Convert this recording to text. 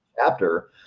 chapter